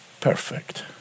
perfect